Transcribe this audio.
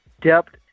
depth